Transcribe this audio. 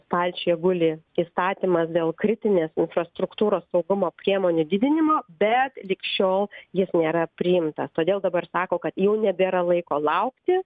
stalčiuje guli įstatymas dėl kritinės infrastruktūros saugumo priemonių didinimo bet lig šiol jis nėra priimtas todėl dabar sako kad jau nebėra laiko laukti